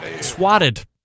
Swatted